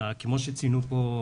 כמו שציינו פה,